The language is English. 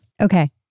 Okay